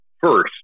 first